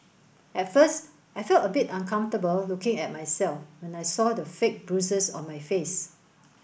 at first I felt a bit uncomfortable looking at myself when I saw the fake bruises on my face